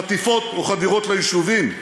חטיפות או חדירות ליישובים.